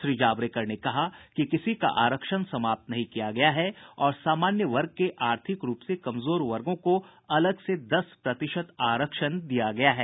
श्री जावड़ेकर ने कहा कि किसी का आरक्षण समाप्त नहीं किया गया और सामान्य वर्ग के आर्थिक रूप से कमजोर वर्गों को अलग से दस प्रतिशत आरक्षण दिया गया है